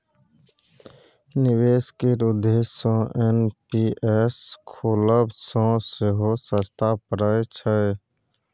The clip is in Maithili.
निबेश केर उद्देश्य सँ एन.पी.एस खोलब सँ सेहो सस्ता परय छै